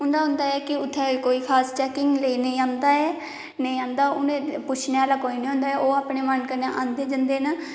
उं'दा होंदा ऐ कि ओह् उत्थै गै कोई खास चैकिंग लेई कोई नेईं औंदा ऐ नेईं औंदा उ'नेंगी पुच्छने आह्ला कोई नेईं होंदा ओह् अपने मन कन्ने औंदे जंदे न